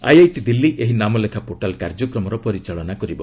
IIT Delhi ଏହି ନାମଲେଖା portal କାର୍ଯ୍ୟକ୍ରମର ପରିଚାଳନା କରିବ